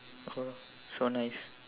oh so nice